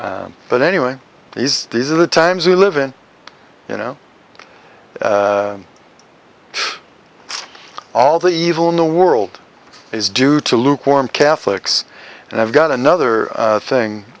but anyway these these are the times we live in you know all the evil in the world is due to lukewarm catholics and i've got another thing